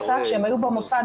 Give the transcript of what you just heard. ואני חושב שזה באמת לא בסדר,